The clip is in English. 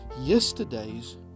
yesterday's